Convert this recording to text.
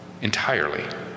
Entirely